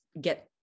get